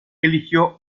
eligió